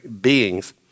beings